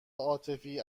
عاطفی